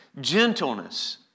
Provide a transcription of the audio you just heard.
gentleness